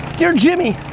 dear jimmy.